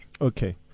Okay